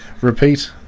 Repeat